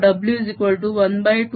W12dr jr